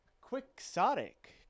quixotic